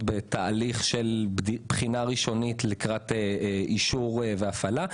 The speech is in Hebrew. בתהליך של בחינה ראשונית לקראת אישור והפעלה.